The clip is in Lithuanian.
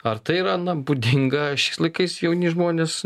ar tai yra na būdinga šiais laikais jauni žmonės